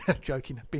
joking